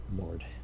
Lord